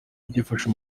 byifashe